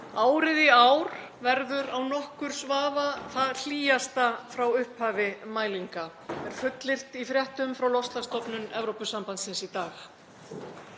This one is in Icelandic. Árið í ár verður án nokkurs vafa það hlýjasta frá upphafi mælinga, er fullyrt í fréttum frá Loftslagsstofnun Evrópusambandsins í dag.